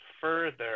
further